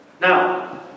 Now